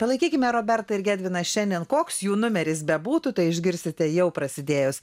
palaikykime robertą ir gedviną šiandien koks jų numeris bebūtų tai išgirsite jau prasidėjus